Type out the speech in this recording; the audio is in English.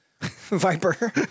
Viper